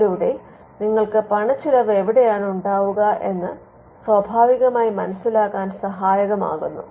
അതിലൂടെ നിങ്ങൾക്ക് പണച്ചിലവ് എവിടെയാണ് ഉണ്ടാവുക എന്ന് നിങ്ങൾക്ക് മനസ്സിലാകാൻ സഹായകമാകുന്നു